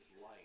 light